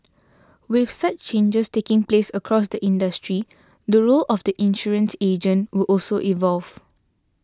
with such changes taking place across the industry the role of the insurance agent will also evolve